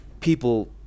people